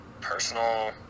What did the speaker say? personal